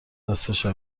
نصفه